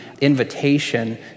invitation